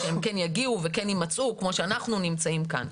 כן יגיעו וכן יימצאו כמו שאנחנו נמצאים כאן.